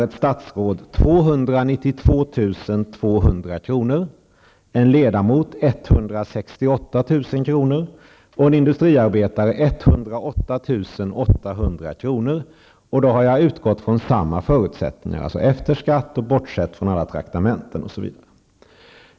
168 000 kr. och en industriarbetare 108 800 kr. Då har jag utgått från samma förutsättningar, dvs. efter skatt och bortsett från alla traktamenten osv.